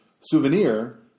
souvenir